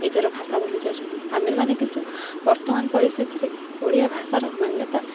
ନିଜର ଭାଷା ଭୁଲି ଯାଉଛନ୍ତି ଆମ୍ଭେମାନେ କିନ୍ତୁ ବର୍ତ୍ତମାନ ପରିସ୍ଥିତିରେ ଓଡ଼ିଆ ଭାଷାର ମାନ୍ୟତା